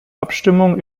abstimmung